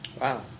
Wow